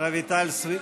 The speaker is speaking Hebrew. רויטל סויד.